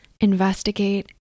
Investigate